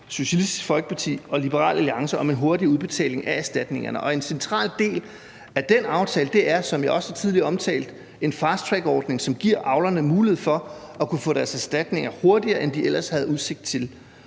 Socialistisk Folkeparti og Liberal Alliance om en hurtig udbetaling af erstatningerne, og en central del af den aftale er, som jeg også tidligere omtalte, en fasttrackordning, som giver avlerne mulighed for at kunne få deres erstatninger hurtigere, end de ellers havde udsigt til.